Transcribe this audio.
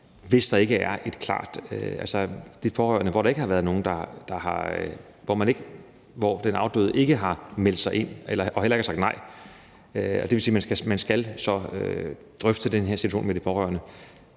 der tager snakken med de pårørende, hvis det ikke fremgår klart, altså hvor den afdøde ikke har meldt sig ind og heller ikke har sagt nej. Det vil sige, at man så skal drøfte den her situation med de pårørende,